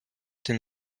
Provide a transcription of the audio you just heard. den